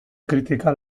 kritika